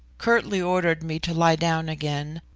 curtly ordered me to lie down again,